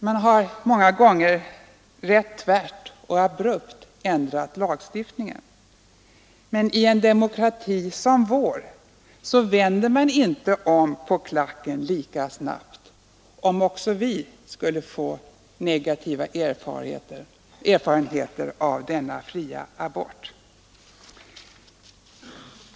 Man har många gånger rätt abrupt ändrat lagstiftningen, men i en demokrati som vår vänder vi inte om på klacken lika snabbt, om också vi skulle få negativa erfarenheter av fri abort vilket dess värre finns all anledning att befara.